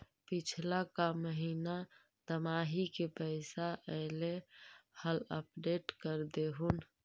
पिछला का महिना दमाहि में पैसा ऐले हाल अपडेट कर देहुन?